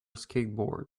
skateboard